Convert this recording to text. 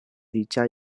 riĉa